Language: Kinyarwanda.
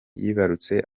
yibarutse